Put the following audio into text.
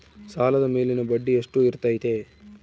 ಸಾಲದ ಮೇಲಿನ ಬಡ್ಡಿ ಎಷ್ಟು ಇರ್ತೈತೆ?